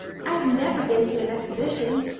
i've never been to an exhibition,